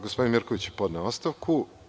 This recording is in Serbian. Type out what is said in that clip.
Gospodin Mirković je podneo ostavku.